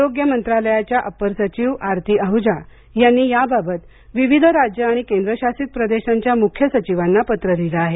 आरोग्य मंत्रालयाच्या अपर सचिव आरती अह्जा यांनी याबाबत विविध राज्य आणि केंद्र शासित प्रदेशांच्या मुख्य सचिवांना पत्र लिहिलं आहे